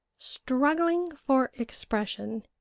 struggling for expression,